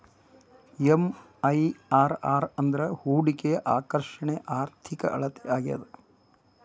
MIRR ಅಂದ್ರ ಹೂಡಿಕೆಯ ಆಕರ್ಷಣೆಯ ಆರ್ಥಿಕ ಅಳತೆ ಆಗ್ಯಾದ